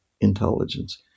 intelligence